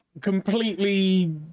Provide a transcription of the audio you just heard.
completely